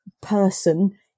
person